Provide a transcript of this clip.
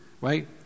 Right